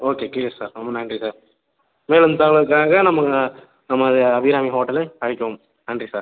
okay sir ரொம்ப நன்றி sir மேலும் தகவலுக்கு நன்றி நம்ம நமது அபிராமி ஹோட்டலு நன்றி சார்